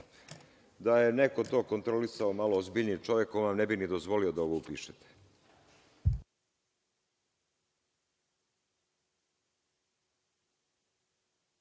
Da je neko to kontrolisao, malo ozbiljniji čovek on vam ne bi dozvolio da ovo upišete.